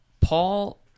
Paul